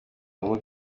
umudari